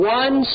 one